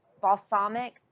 balsamic